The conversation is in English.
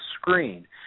screen